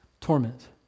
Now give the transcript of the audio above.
torment